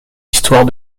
histoire